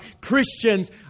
Christians